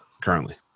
currently